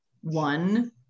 one